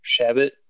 Shabbat